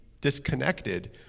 disconnected